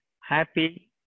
happy